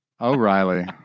O'Reilly